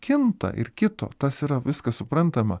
kinta ir kito tas yra viskas suprantama